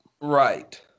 Right